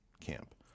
camp